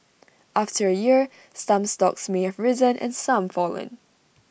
after A year some stocks may have risen and some fallen